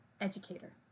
educator